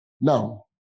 Now